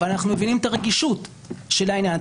אבל אנחנו מבינים את הרגישות של העניין.